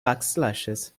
backslashes